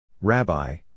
Rabbi